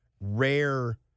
rare